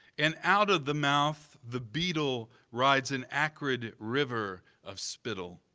and out of the mouth the beetle rides an acrid river of spittle.